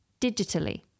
Digitally